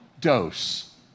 dose